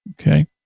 Okay